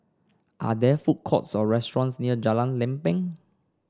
are there food courts or restaurants near Jalan Lempeng